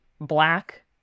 black